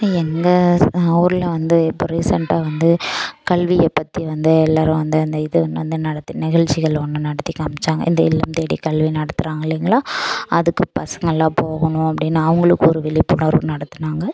எங்கள் ஊரில் வந்து இப்போ ரீசென்ட்டா வந்து கல்வியை பற்றி வந்து எல்லாரும் வந்து அந்த இது வந்து நடத்தி நிகழ்ச்சிகள் ஒன்று நடத்தி காமிச்சாங்க இந்த இல்லம் தேடி கல்வி நடத்துகிறாங்க இல்லைங்களா அதுக்கு பசங்கலாம் போகணும் அப்டின்னு அவங்களுக்கு ஒரு விழிப்புணர்வு நடத்துனாங்கள்